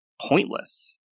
pointless